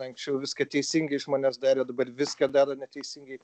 anksčiau viską teisingai žmonės darė dabar viską daro neteisingai